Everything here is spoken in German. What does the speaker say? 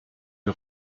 die